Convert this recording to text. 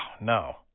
no